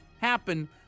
happen